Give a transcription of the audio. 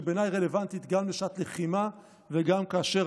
שבעיניי רלוונטית גם לשעת לחימה וגם כאשר